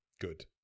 good